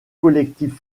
collectif